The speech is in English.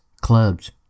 Clubs